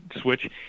switch